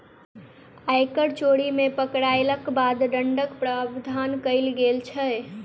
आयकर चोरी मे पकड़यलाक बाद दण्डक प्रावधान कयल गेल छै